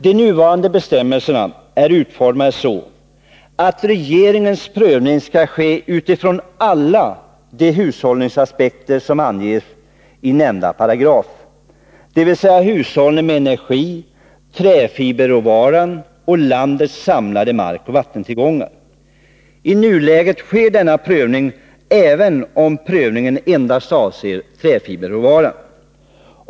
De nuvarande bestämmelserna är utformade så, att regeringens prövning skall ske utifrån alla de hushållningsaspekter som anges i nämnda paragraf, dvs. hushållning med energi, träfiberråvara och landets samlade markoch vattentillgångar. I nuläget sker denna prövning även om prövningen endast avser träfiberråvaror.